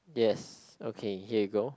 yes okay here you go